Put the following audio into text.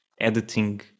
editing